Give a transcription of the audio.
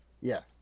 Yes